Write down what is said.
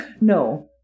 No